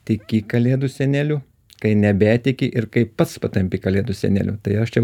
tiki kalėdų seneliu kai nebetiki ir kai pats patampi kalėdų seneliu tai aš čia